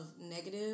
negative